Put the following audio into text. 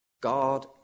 God